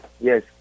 yes